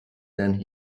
than